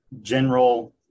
general